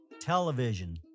Television